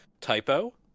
Typo